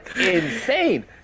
insane